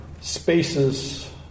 Spaces